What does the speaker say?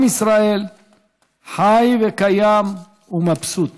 עם ישראל חי, קיים ומבסוט.